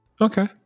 Okay